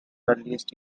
earliest